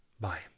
Bye